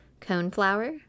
coneflower